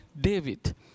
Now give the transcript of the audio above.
David